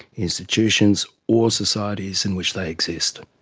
institutions or societies in which they exist.